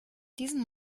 diesen